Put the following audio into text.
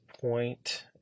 point